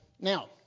Now